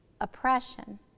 oppression